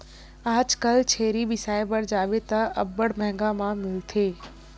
आजकल छेरी बिसाय बर जाबे त अब्बड़ मंहगा म मिलथे